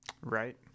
Right